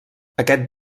aquest